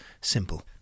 Simple